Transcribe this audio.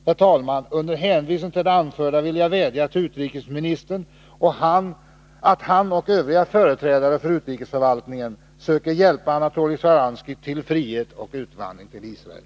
Herr talman! Under hänvisning till det anförda vill jag vädja till utrikesministern att han och övriga företrädare för utrikesförvaltningen söker hjälpa Anatoly Shcharansky till frihet och utvandring till Israel.